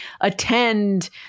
attend